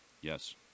Yes